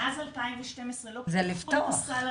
מאז 2012 לא פתחו את הסל הזה,